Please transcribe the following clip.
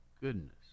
goodness